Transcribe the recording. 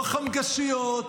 לא חמגשיות,